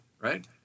right